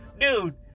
Dude